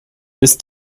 ist